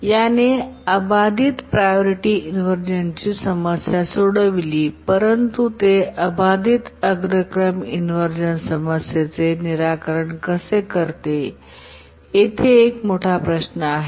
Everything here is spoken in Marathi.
याने अबाधित प्रायोरिटी इनव्हर्जनची समस्या सोडविली परंतु ते अबाधित अग्रक्रम इनव्हर्जन समस्येचे निराकरण कसे करते येथे एक मोठा प्रश्न आहे